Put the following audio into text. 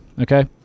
Okay